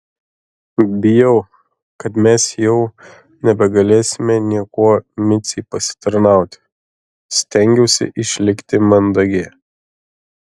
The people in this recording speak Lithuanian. bijau kad mes jau nebegalėsime niekuo micei pasitarnauti stengiausi išlikti mandagi